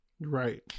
Right